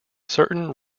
certain